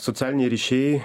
socialiniai ryšiai